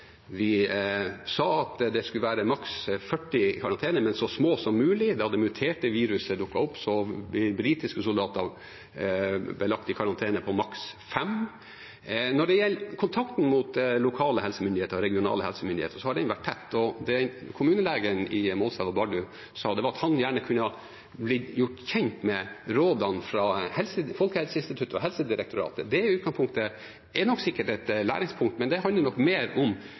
Vi sa at det skulle være maks 40 i karantenegruppene, men så små grupper som mulig. Da det muterte viruset dukket opp, ble britiske soldater satt i karantenegrupper på maks fem. Når det gjelder kontakten opp mot lokale helsemyndigheter og regionale helsemyndigheter, har den vært tett. Kommuneoverlegen i Målselv og Bardu sa at han gjerne kunne ha blitt gjort kjent med rådene fra Folkehelseinstituttet og Helsedirektoratet. Det er i utgangspunktet sikkert et læringspunkt, men det handler nok mer om